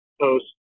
post